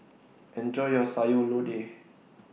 Enjoy your Sayur Lodeh